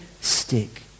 stick